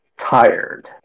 tired